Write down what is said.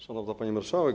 Szanowna Pani Marszałek!